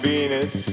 Venus